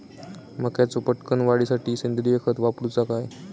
मक्याचो पटकन वाढीसाठी सेंद्रिय खत वापरूचो काय?